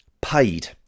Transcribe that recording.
paid